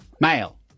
male